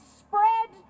spread